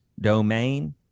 domain